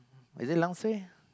is it langsir